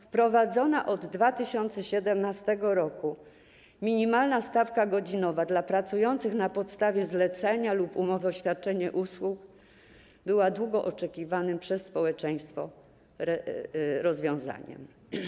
Wprowadzona od 2017 r. minimalna stawka godzinowa dla pracujących na podstawie umowy zlecenia lub umowy o świadczenie usług była długo oczekiwanym przez społeczeństwo rozwiązaniem.